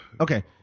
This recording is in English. okay